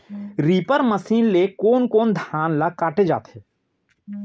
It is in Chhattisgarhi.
रीपर मशीन ले कोन कोन धान ल काटे जाथे?